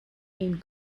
gain